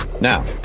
Now